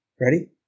Ready